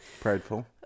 Prideful